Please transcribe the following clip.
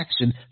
action